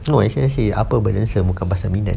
no I just say apa burdensome bukan pasal minat